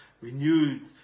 renewed